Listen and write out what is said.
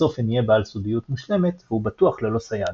הצופן יהיה בעל סודיות מושלמת והוא בטוח ללא סייג.